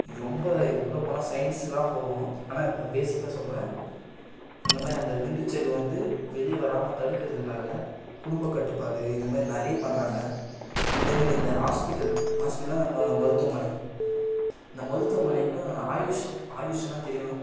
இது ரொம்ப இதுக்குள்ளே போனால் சையன்ஸ்லாம் போகும் ஆனால் இது பேஸிக்காக சொல்கிறேன் அந்த மாதிரி அந்த விந்து செல்லு வந்து வெளியே வராமல் தடுக்ககிறதுக்காக குடும்பக்கட்டுப்பாடு இது மாதிரி நிறையப் பண்ணுறாங்க அதே மாரி இந்த ஹாஸ்பிட்டல் ஹாஸ்பிட்டல்னால் நம்ம மருத்துவமனை இந்த மருத்துவமனைக்கூட ஆயுஷ் ஆயுஷ்ன்னால் தெரியும்